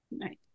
Right